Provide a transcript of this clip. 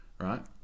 right